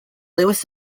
lewis